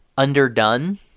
underdone